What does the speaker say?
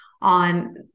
on